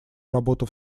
работу